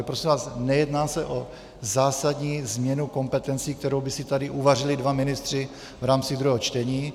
Prosím vás, nejedná se o zásadní změnu kompetencí, kterou by si tady uvařili dva ministři v rámci druhého čtení.